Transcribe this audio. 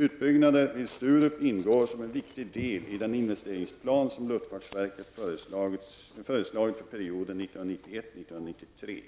Utbyggnader vid Sturup ingår som en viktig del i den investeringsplan som luftfartsverket föreslagit för perioden 1991--1993.